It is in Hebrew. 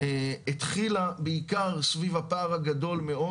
התחילה בעיקר סביב הפער הגדול מאוד